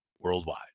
worldwide